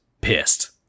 pissed